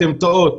אתן טועות.